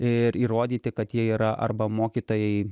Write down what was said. ir įrodyti kad jie yra arba mokytojai